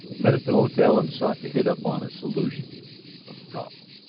met at the hotel and sought to hit upon a solution of the problem.